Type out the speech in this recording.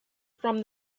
from